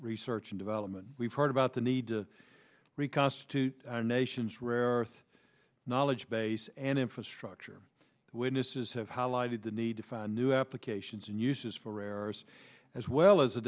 research and development we've heard about the need to reconstitute a nation's rare earth knowledge base and infrastructure witnesses have highlighted the need to find new applications and uses for errors as well as